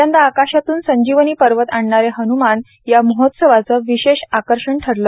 यंदा आकाशातून संजीवनी पर्वत आणणारे हन्मान या महोत्सवाचे विशेष आकर्षण ठरलं